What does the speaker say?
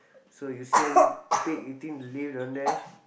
so you see any pig eating the leaf down there